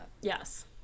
Yes